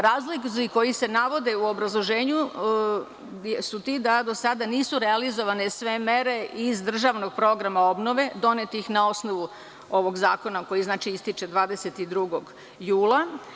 Razlozi koji se navode u obrazloženju su ti da do sada nisu realizovane sve mere iz državnog programa obnove, donetih na osnovu ovog zakona koji ističe 22. jula.